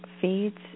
feeds